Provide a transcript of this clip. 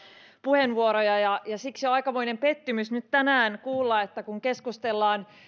puheenvuoroja ja siksi on aikamoinen pettymys nyt tänään kuulla että kun keskustellaan